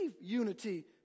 unity